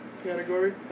category